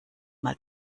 mal